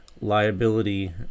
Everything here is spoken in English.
liability